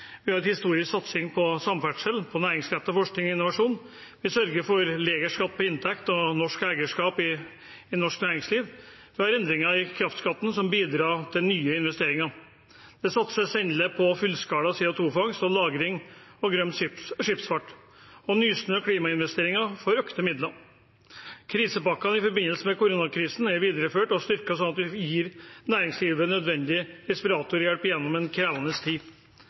Vi har en historisk satsing på samferdsel, næringsrettet forskning og innovasjon. Vi sørger for lavere skatt på inntekt og norsk eierskap i norsk næringsliv. Vi har endringer i kraftskatten som bidrar til nye investeringer. Det satses endelig på fullskala CO 2 -fangst og -lagring og grønn skipsfart. Nysnø Klimainvesteringer får økte midler. Krisepakkene i forbindelse med koronakrisen er videreført og styrket sånn at vi gir næringslivet nødvendig respiratorhjelp gjennom en krevende tid.